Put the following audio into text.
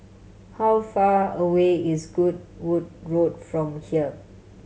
how far away is Goodwood Road from here